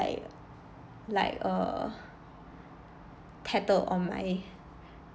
like like err tattled on my